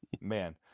man